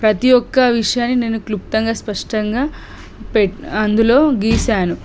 ప్రతి ఒక్క విషయాన్ని నేను క్లుప్తంగా స్పష్టంగా అందులో గీసాను